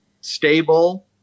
stable